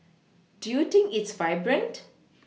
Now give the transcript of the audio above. do you think it's vibrant